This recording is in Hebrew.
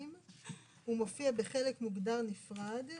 הוא מופיע בחלק מוגדר נפרד.